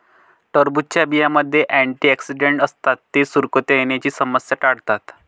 टरबूजच्या बियांमध्ये अँटिऑक्सिडेंट असतात जे सुरकुत्या येण्याची समस्या टाळतात